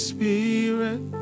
Spirit